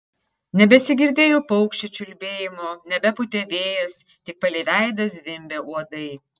nebesigirdėjo paukščių čiulbėjimo nebepūtė vėjas tik palei veidą zvimbė uodai